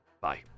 Bye